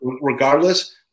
Regardless